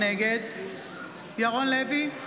נגד ירון לוי,